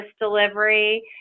delivery